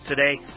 Today